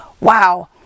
Wow